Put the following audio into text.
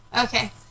Okay